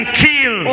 kill